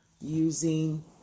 using